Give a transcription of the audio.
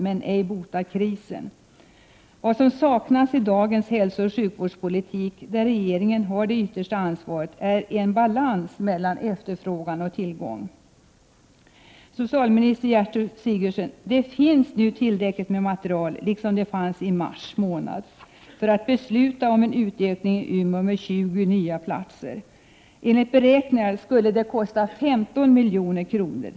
De råder inte bot på krisen. Vad som saknas i dagens hälsooch sjukvårdspolitik — där regeringen har det yttersta ansvaret — är en balans mellan efterfrågan och tillgång. Socialminister Gertrud Sigurdsen, det finns nu tillräckligt med material, liksom det fanns i mars månad, för att man skall kunna besluta om en utökning med 20 nya platser i Umeå. Enligt beräkningar skulle det kosta 15 milj.kr.